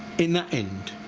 in that end.